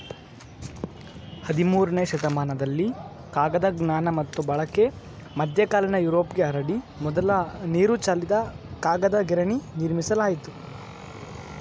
ಹದಿಮೂರನೇ ಶತಮಾನದಲ್ಲಿ ಕಾಗದ ಜ್ಞಾನ ಮತ್ತು ಬಳಕೆ ಮಧ್ಯಕಾಲೀನ ಯುರೋಪ್ಗೆ ಹರಡಿ ಮೊದಲ ನೀರುಚಾಲಿತ ಕಾಗದ ಗಿರಣಿ ನಿರ್ಮಿಸಲಾಯಿತು